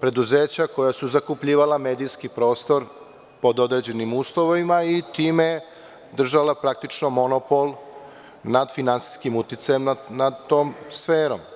preduzeća koja zakupljivala medijski prostor pod određenim uslovima, i time držala, praktično, monopol nad finansijskim uticajem nad tom sferom.